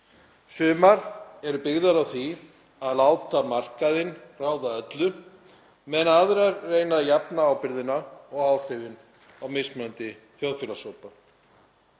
Sumar eru byggðar á því að láta markaðinn ráða öllu á meðan aðrar reyna að jafna ábyrgðina og áhrifin á mismunandi þjóðfélagshópa.